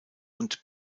und